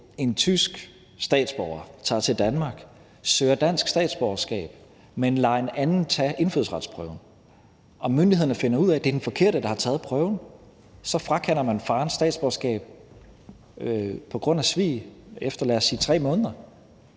en tysk statsborger tager til Danmark og søger dansk statsborgerskab, men lader en anden tage indfødsretsprøven, og hvis myndighederne finder ud af, at det er den forkerte, der har taget prøven, og så frakender man farens statsborgerskab på grund af svig, lad os sige